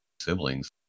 siblings